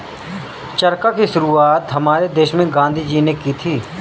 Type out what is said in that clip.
चरखा की शुरुआत हमारे देश में गांधी जी ने की थी